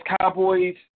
Cowboys –